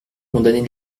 condamner